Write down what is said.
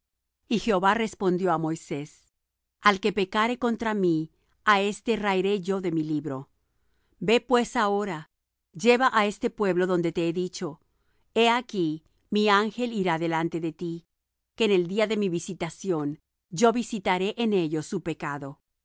y jehová respondió á moisés al que pecare contra mí á éste raeré yo de mi libro ve pues ahora lleva á este pueblo donde te he dicho he aquí mi ángel irá delante de ti que en el día de mi visitación yo visitaré en ellos su pecado